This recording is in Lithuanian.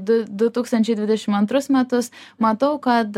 du du tūkstančiai dvidešim antrus metus matau kad